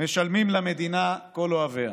משלמים למדינה כל אוהביה.